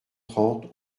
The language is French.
trente